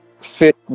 fit